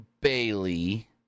Bailey